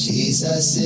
Jesus